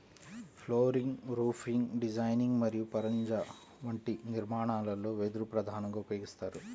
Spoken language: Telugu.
ఫ్లోరింగ్, రూఫింగ్ డిజైనింగ్ మరియు పరంజా వంటి నిర్మాణాలలో వెదురు ప్రధానంగా ఉపయోగిస్తారు